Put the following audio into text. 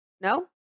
No